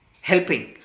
Helping